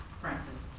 francis.